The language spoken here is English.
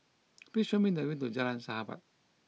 please show me the way to Jalan Sahabat